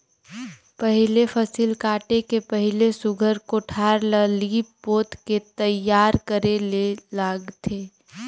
पहिले फसिल काटे के पहिले सुग्घर कोठार ल लीप पोत के तइयार करे ले लागथे